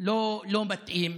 לא מתאים: